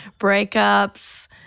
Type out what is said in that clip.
breakups